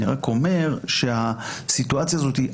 אני רק אומר שהסיטואציה הזו היא,